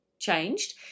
changed